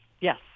yes